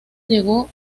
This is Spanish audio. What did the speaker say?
llegó